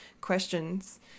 questions